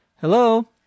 Hello